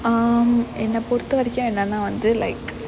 um என்ன பொறுத்தவரைக்கும் என்னன்னா வந்து:enna poruththavaraikkum ennanaa vanthu like